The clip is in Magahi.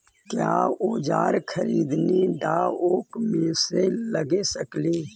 क्या ओजार खरीदने ड़ाओकमेसे लगे सकेली?